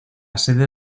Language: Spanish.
sede